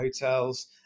hotels